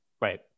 Right